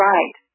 Right